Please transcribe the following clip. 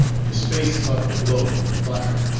his face caught the glow from the fire.